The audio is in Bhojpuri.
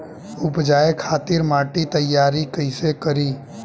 उपजाये खातिर माटी तैयारी कइसे करी?